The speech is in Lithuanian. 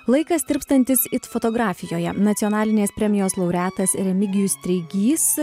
laikas tirpstantis it fotografijoje nacionalinės premijos laureatas remigijus treigys